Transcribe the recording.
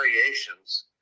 variations